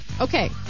Okay